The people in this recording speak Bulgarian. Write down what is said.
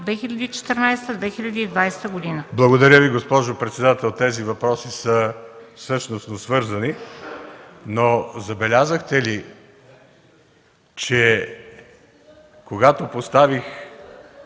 БОЖИНОВ (КБ): Благодаря Ви, госпожо председател. Тези въпроси са същностно свързани. Но забелязахте ли, че когато поставих